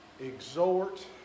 exhort